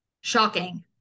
shocking